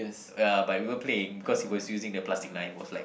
ya but we were playing because he was using a plastic knife he was like